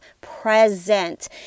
present